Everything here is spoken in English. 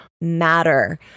matter